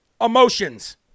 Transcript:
Emotions